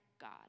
God